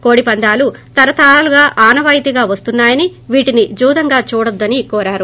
కోడిపందాలు తరతరాలుగా ఆనవాయితీగా వస్తున్నా యని ీటిని జుదంగా చూడొద్గని కోరారు